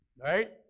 Right